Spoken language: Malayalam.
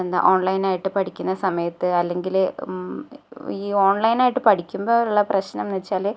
എന്താണ് ഓണ്ലൈനായിട്ട് പഠിക്കുന്ന സമയത്ത് അല്ലെങ്കിൽ ഈ ഓണ്ലൈനായിട്ട് പടിക്കുമ്പോൾ ഉള്ള പ്രശ്നം എന്ന് വച്ചാൽ